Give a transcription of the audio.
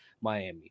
Miami